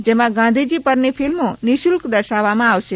જેમાં ગાંધીજી પરની ફિલ્મો નિશુલ્ક દર્શાવવામાં આવશે